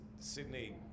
Sydney